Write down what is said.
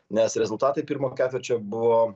nes rezultatai pirmo ketvirčio buvo